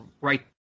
right